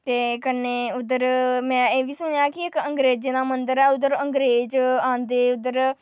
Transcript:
ते कन्ने उद्धर में एह् बी सुनेआ कि इक अंगरेजें दा मंदर ऐ उद्धर ते अंगरेज औंदे उद्धर